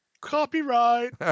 Copyright